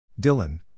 Dylan